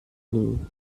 nie